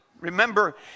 Remember